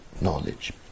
knowledge